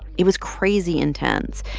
it was crazy intense.